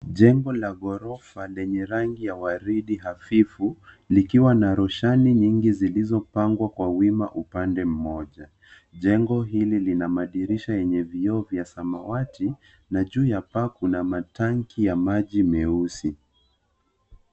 Jengo la ghorofa lenye rangi ya waridi hafifu likiwa na roshani nyingi zilizopangwa kwa wima kwa upande mmoja. Jengo hili lina madirisha yenye vioo vya samawati na juu ya paa kuna matangi ya maji meusi.